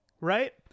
Right